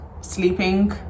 sleeping